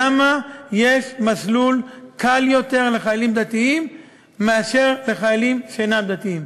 למה יש מסלול קל יותר לחיילים דתיים מאשר לחיילים שאינם דתיים?